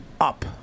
up